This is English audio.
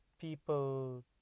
people